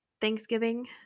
Thanksgiving